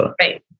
right